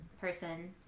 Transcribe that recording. person